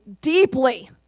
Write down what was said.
deeply